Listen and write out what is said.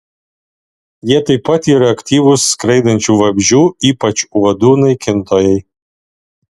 jie taip pat yra aktyvūs skraidančių vabzdžių ypač uodų naikintojai